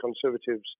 Conservatives